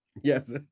Yes